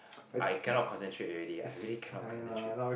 I cannot concentrate already I really cannot concentrate